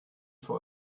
für